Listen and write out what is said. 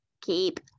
keep